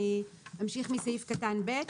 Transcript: אני אמשיך מסעיף קטן (ב).